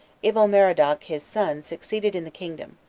evil-merodach his son succeeded in the kingdom,